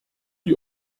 die